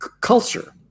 culture